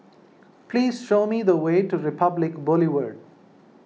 please show me the way to Republic Boulevard